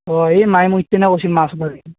অঁ এই মাই মোক ইতেনে কৈছে মাছ মাৰিম